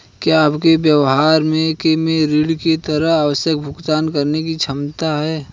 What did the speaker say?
क्या आपके व्यवसाय में ऋण के तहत आवश्यक भुगतान करने की क्षमता है?